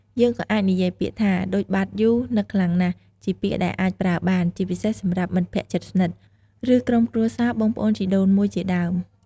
យើងក៏អាចនិយាយពាក្យថា ដូចបាត់យូរ នឹកខ្លាំងណាស់ ជាពាក្យដែលអាចប្រើបាន ជាពិសេសសម្រាប់មិត្តភក្តិជិតស្និទ្ធ ឬក្រុមគ្រួសារ បងប្អូនជីដូនមួយជាដើម។